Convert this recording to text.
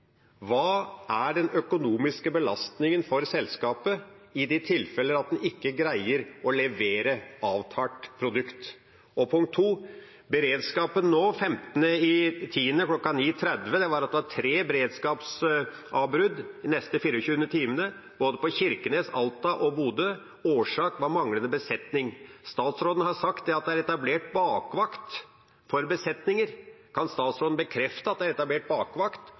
selskapet i de tilfellene det ikke greier å levere avtalt produkt? Beredskapen 15. oktober kl. 0930 var at det var tre beredskapsavbrudd de neste 24 timene både for Kirkenes, Alta og Bodø. Årsaken var manglende besetning. Statsråden har sagt at det er etablert bakvakt for besetninger. Kan statsråden bekrefte at det er etablert bakvakt?